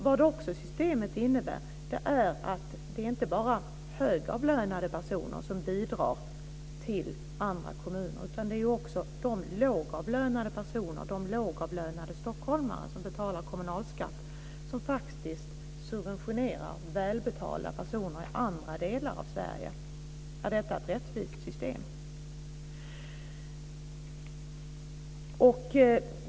Vad systemet också innebär är att det är inte bara högavlönade personer som bidrar till andra kommuner utan också de lågavlönade stockholmare som betalar kommunalskatt som subventionerar välbetalda personer i andra delar i Sverige. Är detta ett rättvist system?